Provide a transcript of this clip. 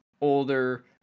older